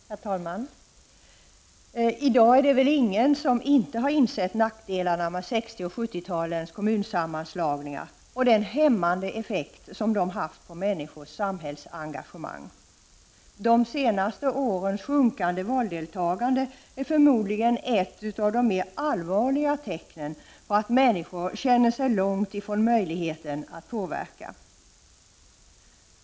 Herr talman! I dag är det väl ingen som inte har insett nackdelarna med 60 och 70-talens kommunsammanslagningar och den hämmande effekt de haft på människors samhällsengagemang. De senaste årens sjunkande valdeltagande är förmodligen ett av de mer allvarliga tecknen på att människor känner sig långt ifrån möjligheten att påverka.